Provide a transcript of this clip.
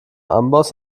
amboss